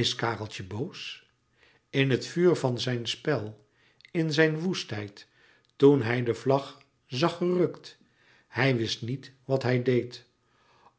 is kareltje boos in het vuur van zijn spel in zijn woestheid toen hij de vlag zag gerukt hij wist niet wat hij deed